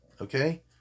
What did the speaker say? okay